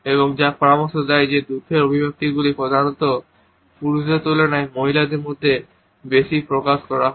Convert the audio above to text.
এবং যা পরামর্শ দেয় যে দুঃখের অভিব্যক্তিগুলি প্রধানত পুরুষদের তুলনায় মহিলাদের মধ্যে বেশি প্রকাশ করা হয়